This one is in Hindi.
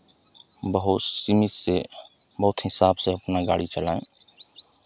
बहुत सीमित से बहुत हिसाब से अपना गाड़ी चलाएं